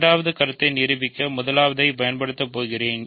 இரண்டாவது கருத்தை நிரூபிக்க முதலாவதைப் பயன்படுத்தப் போகிறேன்